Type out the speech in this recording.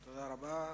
תודה רבה.